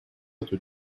эту